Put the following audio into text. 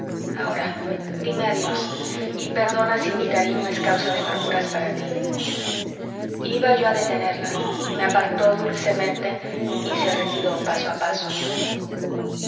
ahora dime adiós y perdona si mi cariño es causa de amarguras para tí iba yo a detenerla me apartó dulcemente y se retiró paso a paso